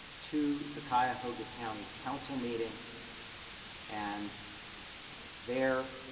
two the cuyahoga county council meeting and they're